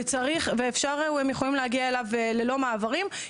ואפשר להגיע אליו ללא מעברים.